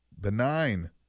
Benign